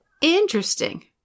Interesting